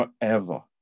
forever